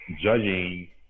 judging